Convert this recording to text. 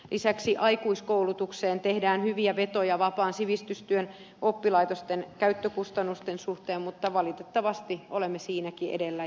lisäksi aikuiskoulutukseen tehdään hyviä vetoja vapaan sivistystyön oppilaitosten käyttökustannusten suhteen mutta valitettavasti olemme siinäkin edellä